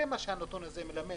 זה מה שהנתון הזה מלמד,